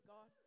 God